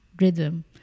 rhythm